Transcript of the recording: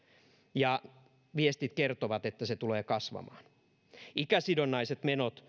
ja viestit kertovat että se tulee kasvamaan ikäsidonnaiset menot